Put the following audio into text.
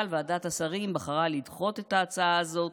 אבל ועדת השרים בחרה לדחות את ההצעה הזאת,